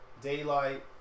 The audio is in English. Daylight